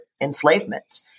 enslavement